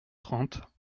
trente